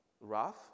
rough